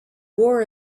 war